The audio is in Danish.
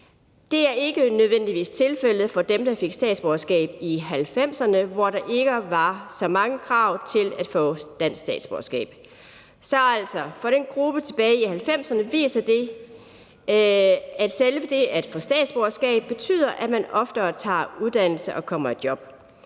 Det er ikke nødvendigvis tilfældet for dem, der fik statsborgerskab i 1990'erne, hvor der ikke var så mange krav til at få dansk statsborgerskab. Så hvad angår gruppen tilbage i 1990'erne, viser det, at selve det at få statsborgerskab betyder, at man oftere tager en uddannelse og kommer i job.